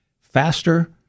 faster